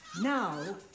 Now